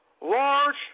large